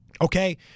Okay